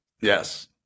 yes